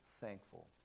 thankful